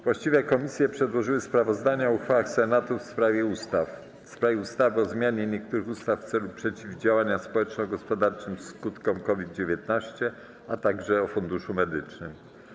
Właściwe komisje przedłożyły sprawozdania o uchwałach Senatu w sprawie ustaw: - o zmianie niektórych ustaw w celu przeciwdziałania społeczno-gospodarczym skutkom COVID-19, - o Funduszu Medycznym.